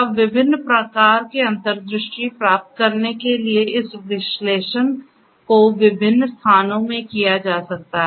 अब विभिन्न प्रकार की अंतर्दृष्टि प्राप्त करने के लिए इस विश्लेषण को विभिन्न स्थानों में किया जा सकता है